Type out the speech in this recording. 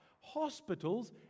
Hospitals